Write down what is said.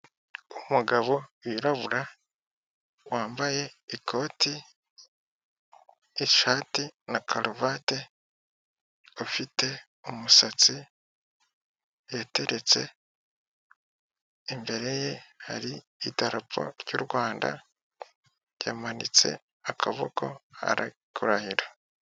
Umugabo w'irabura wambaye ikoti ,ishati na karuvati ufite umusatsi yateretse imbere ye hari idarapo ry'u Rwanda yamanitse akaboko ari kurahira.